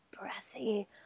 breathy